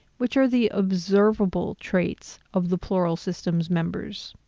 which are the observable traits of the plural system's members.